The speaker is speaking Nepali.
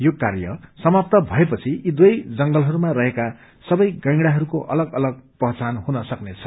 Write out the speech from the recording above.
यो कार्य समाप्त भएपछि यी दुवै जंगलहरू रहेका सबै गैंडाहरूको अलग अलग पहिचान हुन सक्नेछ